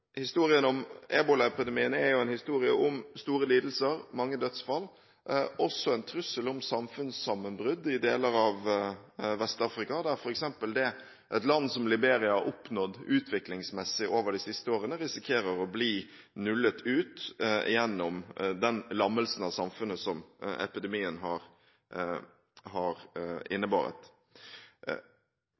Historien om ebolaepidemien er en historie om store lidelser og mange dødsfall. Det er også en trussel om samfunnssammenbrudd i deler av Vest-Afrika. Et eksempel: Det et land som Liberia har oppnådd utviklingsmessig over de siste årene, risikerer å bli nullet ut gjennom den lammelsen av samfunnet som epidemien har innebåret.